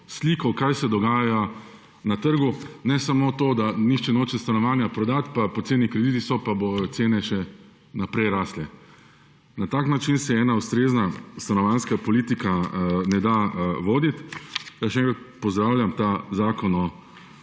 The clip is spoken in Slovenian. sliko, kaj se dogaja na trgu; ne samo to, da nihče noče stanovanja prodati, da so poceni krediti in bojo cene še naprej rastle. Na tak način se ena ustrezna stanovanjska politika ne da voditi. Pa še enkrat – pozdravljam ta zakon o